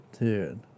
Dude